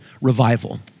revival